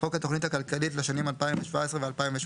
"חוק התכנית הכלכלית לשנים 2017 ו-2018"